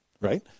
right